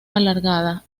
alargada